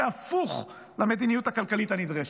זה הפוך מהמדיניות הכלכלית הנדרשת.